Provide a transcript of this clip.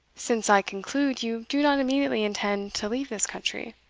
since i conclude you do not immediately intend to leave this country